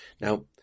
Now